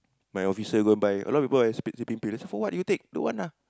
my office here go and buy a lot of people leh sleep sleeping pill I say for what you take don't want lah